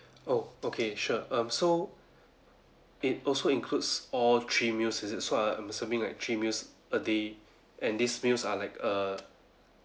oh okay sure um so it also includes all three meals is it so I'm assuming like three meals a day and this meals are like err